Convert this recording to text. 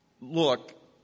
look